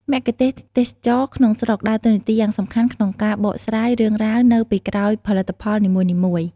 មគ្គទេសក៍ទេសចរណ៍ក្នុងស្រុកដើរតួនាទីយ៉ាងសំខាន់ក្នុងការបកស្រាយ រឿងរ៉ាវ នៅពីក្រោយផលិតផលនីមួយៗ។